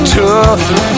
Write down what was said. tough